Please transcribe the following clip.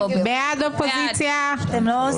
מי נגד?